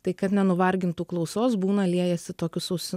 tai kad nenuvargintų klausos būna liejasi tokius ausi